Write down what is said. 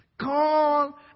Call